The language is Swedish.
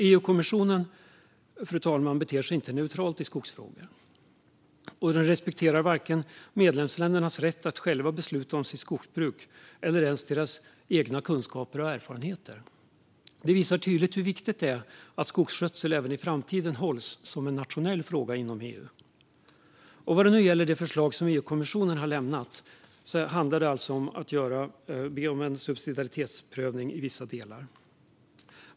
EU-kommissionen beter sig inte neutralt i skogsfrågor och respekterar varken medlemsländernas rätt att själva besluta om sitt skogsbruk eller ens deras egna kunskaper och erfarenheter. Detta visar tydligt hur viktigt det är att skogsskötsel även i framtiden hålls som en nationell fråga inom EU. Vad gäller det förslag som EU-kommissionen nu lämnat handlar det alltså om att be om en subsidiaritetsprövning i vissa delar.